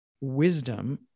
wisdom